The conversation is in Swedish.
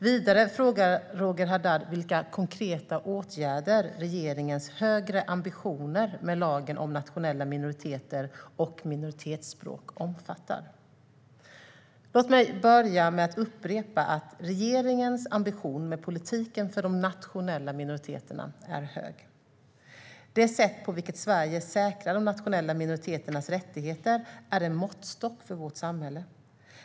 Vidare frågar Roger Haddad vilka konkreta åtgärder regeringens högre ambitioner med lagen om nationella minoriteter och minoritetsspråk omfattar. Låt mig börja med att upprepa att regeringens ambition med politiken för de nationella minoriteterna är hög. Det sätt på vilket Sverige säkrar de nationella minoriteternas rättigheter är en måttstock för vårt samhälle.